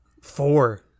four